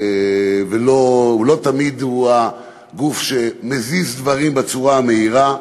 לא תמיד הוא מזיז דברים בצורה מהירה.